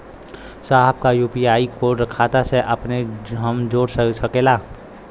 साहब का UPI code खाता से अपने हम जोड़ सकेला?